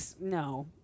No